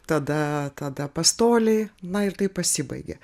tada tada pastoliai na ir taip pasibaigia